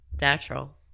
natural